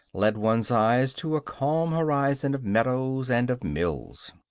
led one's eyes to a calm horizon of meadows and of mills.